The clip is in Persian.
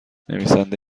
نویسنده